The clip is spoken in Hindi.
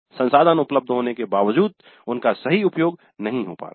संसाधन उपलब्ध होने के बावजूद उनका सही उपयोग नहीं हो पा रहा है